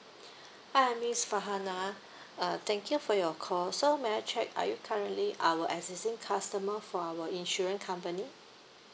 hi miss farhana uh thank you for your call so may I check are you currently our existing customer for our insurance company